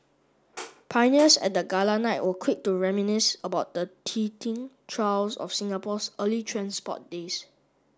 pioneers at the gala night were quick to reminisce about the teething trials of Singapore's early transport days